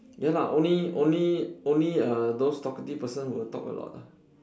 ya lah only only only uh those talkative person will talk a lot ah